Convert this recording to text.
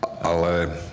Ale